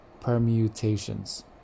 permutations